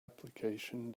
application